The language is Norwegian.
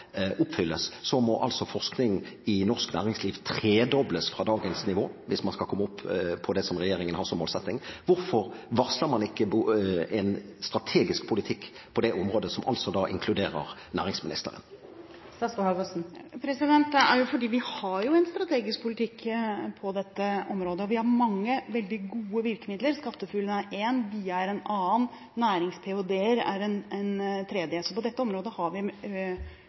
komme opp på det som regjeringen har som målsetting. Hvorfor varsler man ikke en strategisk politikk på det området – som da inkluderer næringsministeren? Det er fordi vi har en strategisk politikk på dette området. Vi har mange veldig gode virkemidler, SkatteFUNN er et, BIA er et annet, nærings-ph.d.-er et tredje – så på dette området har vi